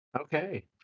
Okay